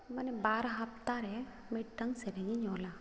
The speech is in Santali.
ᱢᱟᱱᱮ ᱵᱟᱨ ᱦᱟᱯᱛᱟ ᱨᱮ ᱢᱤᱫᱴᱟᱝ ᱥᱮᱨᱮᱧᱤᱧ ᱚᱞᱟ